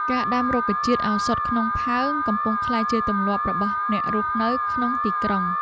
ការដាំរុក្ខជាតិឱសថក្នុងផើង កំពុងក្លាយជាទម្លាប់របស់អ្នករស់នៅក្នុងទីក្រុង។